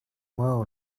world